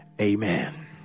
amen